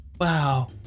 Wow